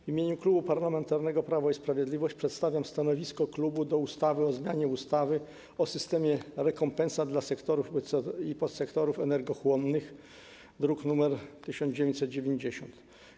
W imieniu Klubu Parlamentarnego Prawo i Sprawiedliwość przedstawiam stanowisko wobec projektu ustawy o zmianie ustawy o systemie rekompensat dla sektorów i podsektorów energochłonnych, druk nr 1990.